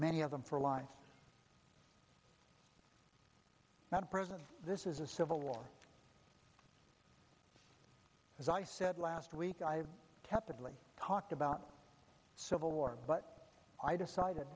many of them for life not present this is a civil war as i said last week i tepidly talked about civil war but i decided